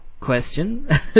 question